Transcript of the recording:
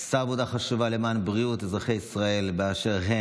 את עושה עבודה חשובה למען בריאות אזרחי ישראל באשר הם.